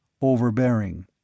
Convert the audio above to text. overbearing